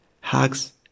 hugs